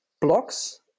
blocks